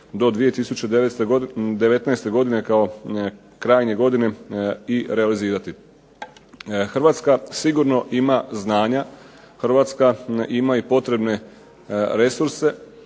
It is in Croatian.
do 2019. godine kao krajnje godine i realizirati. Hrvatska sigurno ima znanja, Hrvatska ima i potrebne resurse